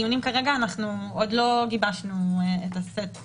עוד לא גיבשנו את סט ההערכה.